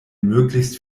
möglichst